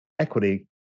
Equity